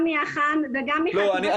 גם מאח"מ וגם מחטיבת המודיעין.